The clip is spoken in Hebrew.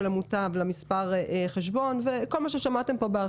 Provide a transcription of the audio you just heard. המוטב למספר חשבון וכל מה ששמעתם כאן.